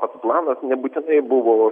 pats planas nebūtinai buvo